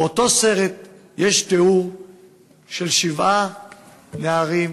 באותו סרט יש תיאור של שבעה נערים,